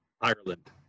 ireland